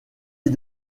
est